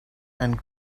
and